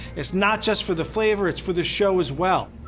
it's not just for the flavor, it's for the show as well.